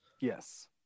yes